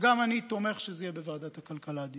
גם אני תומך שזה יהיה בוועדת הכלכלה.